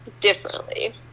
differently